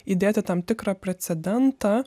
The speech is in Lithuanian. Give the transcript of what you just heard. įdėti tam tikrą precedentą